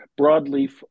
Broadleaf